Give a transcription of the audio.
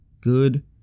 Good